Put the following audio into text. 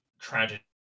tragedy